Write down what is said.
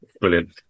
Brilliant